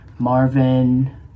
Marvin